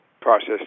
process